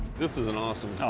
this is an awesome